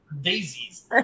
daisies